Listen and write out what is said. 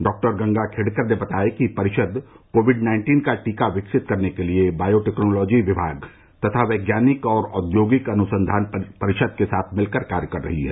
doctor Ganga Khedkar ने बताया कि परिषद कोविड नाइन्टीन का टीका विकसित करने के लिए बायोटेक्नोलॉजी विभाग तथा वैज्ञानिक और औद्योगिक अनुसंधान परिषद के साथ मिल कर कार्य कर रही है